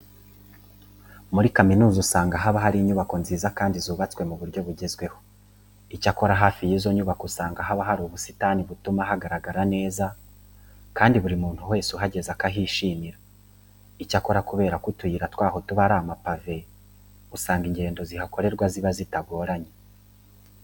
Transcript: Muri kaminuza usanga haba hari inyubako nziza kandi zubatswe mu buryo bugezweho. Icyakora hafi y'izo nyubako usanga haba hari ubusitani butuma hagaragara neza kandi buri muntu wese uhageze akahishimira. Icyakora kubera ko utuyira twaho tuba ari amapave, usanga ingendo zihakorerwa ziba zitagoranye.